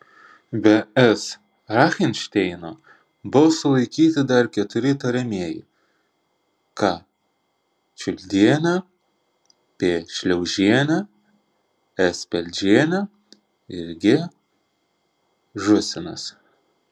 be s rachinšteino buvo sulaikyti dar keturi įtariamieji k čiuldienė p šliaužienė s peldžienė g žūsinas